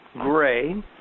Gray